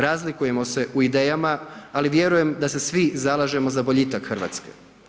Razlikujemo se u idejama ali vjerujem da se svi zalažemo za boljitak Hrvatske.